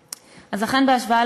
אכן, בהשוואה